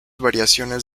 variaciones